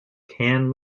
can